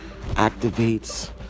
activates